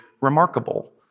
remarkable